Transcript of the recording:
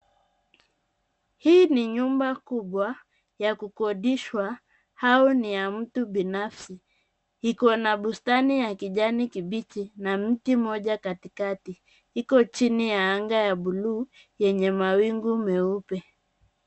Hii ni nyumba kubwa ya kukodishwa au ya mtu binafsi. Iko na bustani ya kijani kibichi na miti moja katikati. Iko jini ya angaa ya bluu enye mawingu meupe.